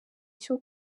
cyo